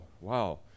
wow